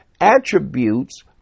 attributes